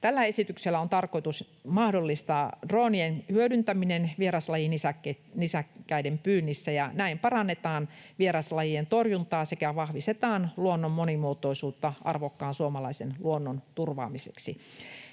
Tällä esityksellä on tarkoitus mahdollistaa droonien hyödyntäminen vieraslajinisäkkäiden pyynnissä. Näin parannetaan vieraslajien torjuntaa sekä vahvistetaan luonnon monimuotoisuutta arvokkaan suomalaisen luonnon turvaamiseksi.